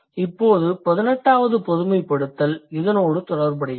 இப்போது பதினெட்டாவது பொதுமைப்படுத்தல் இதனோடு தொடர்புடையது